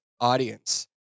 audience